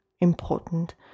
important